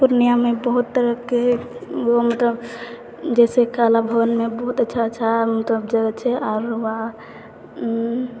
पूर्णियामे बहुत तरहके ओ मतलब जइसे कला भवनमे बहुत अच्छा अच्छा मतलब जगह छै आओर वहाँ